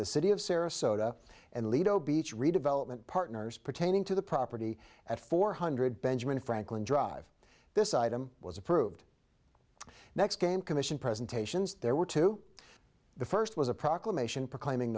the city of sarasota and lido beach redevelopment partners pertaining to the property at four hundred benjamin franklin drive this item was approved next game commission presentations there were two the first was a proclamation proclaiming